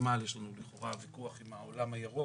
ובוותמ"ל יש לנו לכאורה ויכוח עם העולם הירוק,